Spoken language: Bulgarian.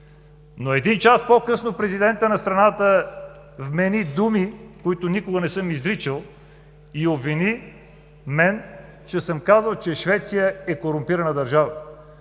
но един час по-късно президентът на страната ми вмени думи, които никога не съм изричал и обвини мен, че съм казал, че Швеция е корумпирана държава.